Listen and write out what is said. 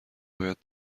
باید